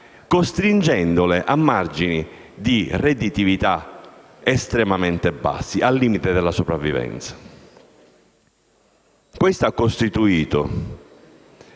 costringendole a margini di redditività estremamente bassi, al limite della sopravvivenza.